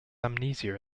amnesia